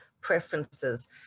preferences